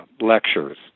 lectures